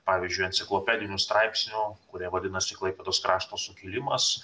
pavyzdžiui enciklopedinių straipsnių kurie vadinasi klaipėdos krašto sukilimas